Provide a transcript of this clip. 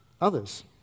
others